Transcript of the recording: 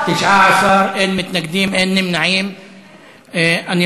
ההצעה להעביר את הנושא לוועדת העבודה,